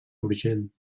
urgent